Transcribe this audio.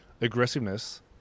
aggressiveness